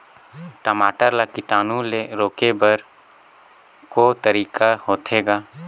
टमाटर ला कीटाणु ले रोके बर को तरीका होथे ग?